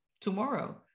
tomorrow